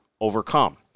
overcome